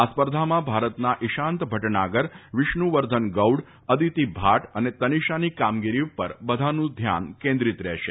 આ સ્પર્ધામાં ભારતના ઈશાંત ભટનાગર વિષ્ણુ વર્ધન ગૌડ અદીતી ઘાટ અને તનિશાની કામગીરી ઉપર બધાનું ધ્યાન કેન્દ્રીત રહેશે